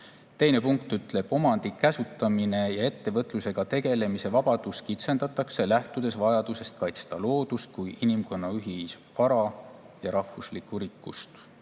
teine punkt ütleb: "Omandi käsutamise ja ettevõtlusega tegelemise vabadust kitsendatakse, lähtudes vajadusest kaitsta loodust kui inimkonna ühisvara ja rahvuslikku rikkust."